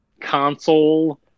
console